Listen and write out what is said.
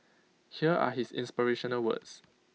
here are his inspirational words